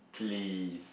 please